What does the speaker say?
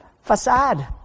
facade